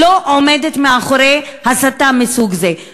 לא עומדת מאחורי הסתה מסוג זה.